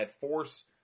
force